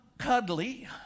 cuddly